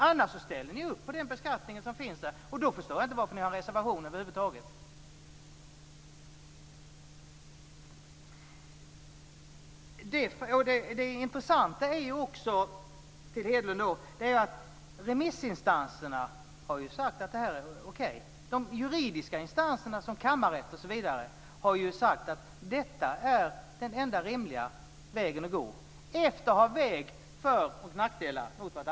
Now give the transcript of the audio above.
Annars ställer ni upp på den beskattning som finns. Då förstår jag inte varför ni har en reservation över huvud taget. Till Hedlund vill jag säga att det intressanta också är att remissinstanserna har sagt att det här är okej. Juridiska instanser, som kammarrätten osv., har sagt att det här är den enda rimliga vägen att gå, efter att de har vägt för och nackdelar mot varandra.